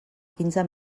quinze